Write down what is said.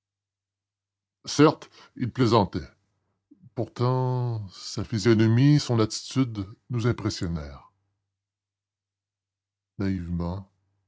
certes il plaisantait pourtant sa physionomie son attitude nous impressionnèrent